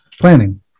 planning